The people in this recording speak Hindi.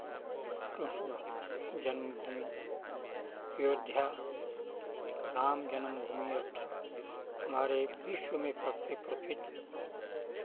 कृष्ण जन्म भूमि अयोध्या राम जन्म भूमि स्थल हमारे विश्व में सबसे प्रसिद्ध